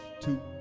two